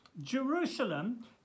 Jerusalem